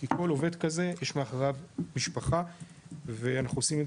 לכל עובד כזה יש מאחוריו משפחה ואנחנו עושים את